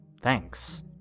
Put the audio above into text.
thanks